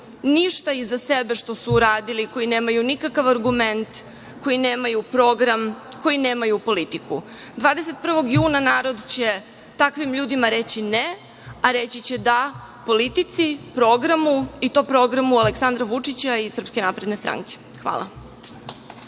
ništa iza sebe što su uradili, koji nemaju nikakav argument, koji nemaju program, koji nemaju politiku. Dana 21. juna narod će takvim ljudima reći ne, a reći će da politici, programu i to programu Aleksandra Vučića i SNS. Hvala.